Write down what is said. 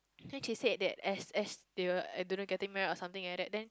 then she said that as as they will I don't know getting married or something like that then